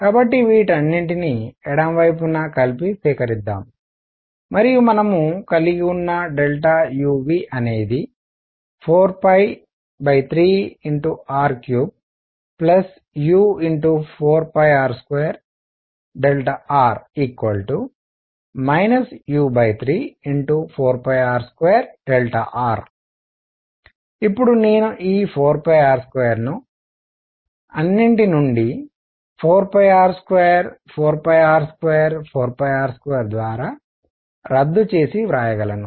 కాబట్టి వీటన్నింటిని ఎడమ వైపున కలిపి సేకరిద్దాం మరియు మనం కలిగివున్నuVఅనేది 43r3u4r2r u34r2r ఇప్పుడు నేను ఈ 4r2ను అన్నిటి నుండి 4r24r24r2 ద్వారా రద్దు చేసి వ్రాయగలను